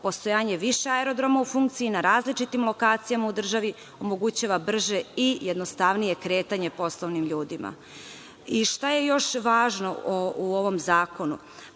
postojanje više aerodroma u funkciji, na različitim lokacijama u državi omogućava brže i jednostavnije kretanje poslovnim ljudima. Šta je još važno u ovom zakonu?